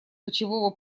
кочевого